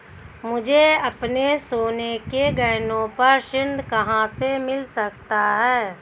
मुझे अपने सोने के गहनों पर ऋण कहां से मिल सकता है?